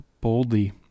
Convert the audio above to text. boldly